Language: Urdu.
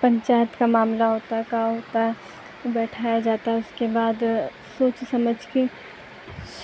پنچایت کا معاملہ ہوتا ہے کا ہوتا ہے بیٹھایا جاتا ہے اس کے بعد سوچ سمجھ کی